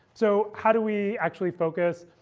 so how do we actually focus?